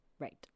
right